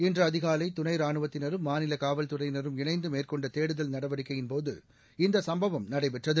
இன்று அதிகாலை துணை ரானுவத்தினரும் மாநில காவல்துறையினரும் இணைந்து மேற்கொண்ட தேடுதல் நடவடிக்கையின்போது இந்த சம்பவம் நடைபெற்றது